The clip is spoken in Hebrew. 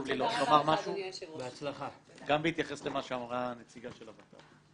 לי רק לומר משהו גם בהתייחס למה שאמרה הנציגה של הות"ת.